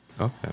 Okay